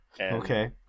Okay